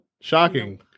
Shocking